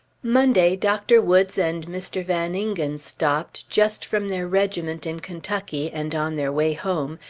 monday dr. woods and mr. van ingen stopped, just from their regiment in kentucky and on their way home,